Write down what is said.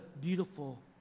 beautiful